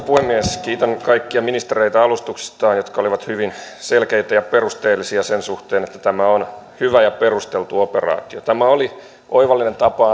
puhemies kiitän kaikkia ministereitä alustuksistaan jotka olivat hyvin selkeitä ja perusteellisia sen suhteen että tämä on hyvä ja perusteltu operaatio tämä oli oivallinen tapa